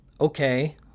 okay